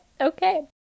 okay